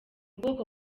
bwoko